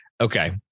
Okay